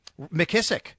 mckissick